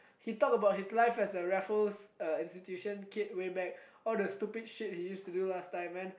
he talk about his life as a Raffles uh Institution kid way back all the stupid shit he used to do last time and